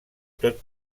tot